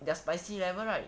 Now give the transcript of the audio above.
their spicy level right